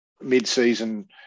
mid-season